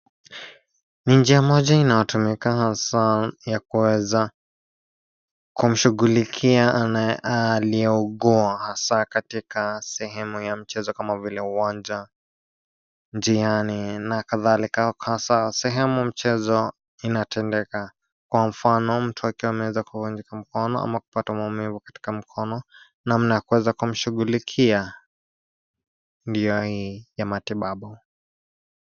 Ni njia moja inayotumika hasaa ya kuweza, kumshughulikia aliyeugua hasaa katika sehemu ya mchezo kama vile uwanja, njiani na kadhalika hukosa sehemu mchezo, inatendeka, kwa mfano mtu akiwa ameweza kuvunjika mkono ama kupata maumivu katika mkono, namna kuweza kumshughulikia, ndio hii ya matibabu.